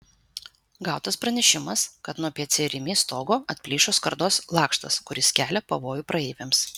gautas pranešimas kad nuo pc rimi stogo atplyšo skardos lakštas kuris kelia pavojų praeiviams